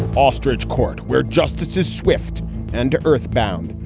ostrich court, where justice is swift and earthbound,